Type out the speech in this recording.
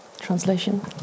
translation